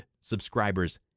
subscribers